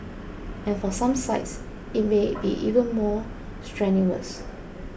and for some sites it may be even more strenuous